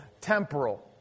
temporal